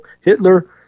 Hitler